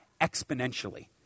exponentially